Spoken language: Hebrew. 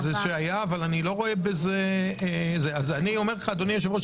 אבל אדוני היושב-ראש,